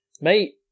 Mate